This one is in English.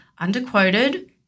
underquoted